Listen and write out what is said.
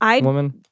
woman